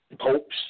popes